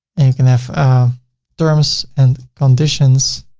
and can have terms and conditions,